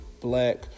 Black